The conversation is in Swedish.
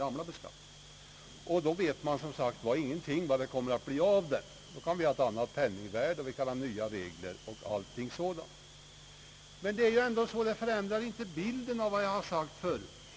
Vi vet som sagt inte vad som sedan kan bli av beskattningen. Då kan vi ha ett annat penningvärde och nya regler. Men detta förändrar inte hela bilden av vad jag sagt förut.